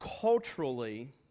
culturally